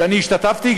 ואני השתתפתי,